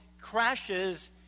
crashes